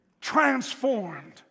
transformed